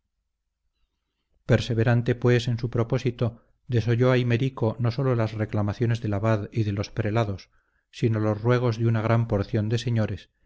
perseverante pues en su propósito desoyó aymerico no sólo las reclamaciones del abad y de los prelados sino los ruegos de una gran porción de señores